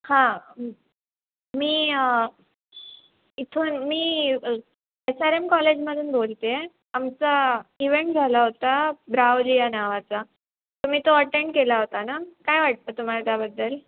हां मी इथून मी एस आर एम कॉलेजमधून बोलते आमचा इव्हेंट झाला होता ब्रावली या नावाचा तुम्ही तो अटेंड केला होता ना काय वाटतं तुम्हाला त्याबद्दल